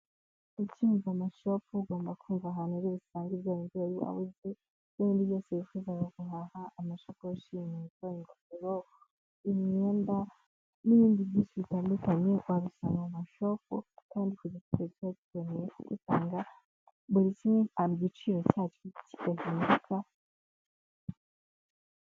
Ucyumva amashopu ugomba kumva ahantu uri busange byabindi wari wabuze, byabindi byose wifuzaga guhaha, amashakoshi, inkweto, ingofero, imyenda n'ibindi byinshi bitandukanye wabisanga mu mashopu, kandi ku giciro kiba kinogeye ugishaka, buri kimwe kiba gifite igiciro cyacyo kigahinduka.